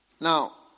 Now